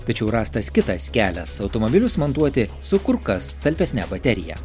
tačiau rastas kitas kelias automobilius montuoti su kur kas talpesne baterija